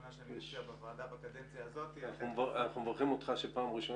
תפקידם בקדנציה זו.